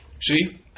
See